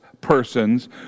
persons